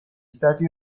stati